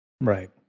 right